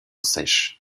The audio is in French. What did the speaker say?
sèche